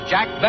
Jack